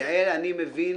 יעל, אני מבין.